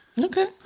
okay